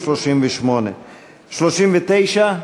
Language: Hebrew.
מסירים 38. 39?